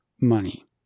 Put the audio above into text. Money